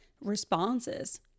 responses